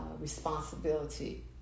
responsibility